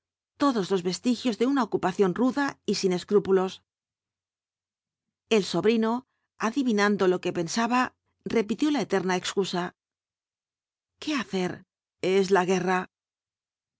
todos los vestigios de una ocupación ruda y sin escrúpulos el sobrino adivinando lo que pensaba repitió la eterna excusa qué hacer es la guerra